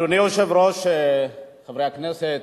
אדוני היושב-ראש, חברי הכנסת,